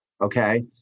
Okay